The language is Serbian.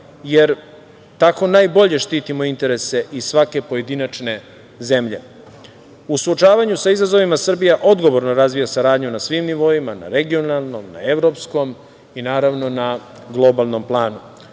jer tako najbolje štitimo interese i svake pojedinačne zemlje.U suočavanju sa izazovima Srbija odgovorno razvija saradnju na svim nivoima, na regionalnom, na evropskom i naravno na globalnom planu. Upravo